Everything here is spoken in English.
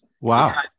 Wow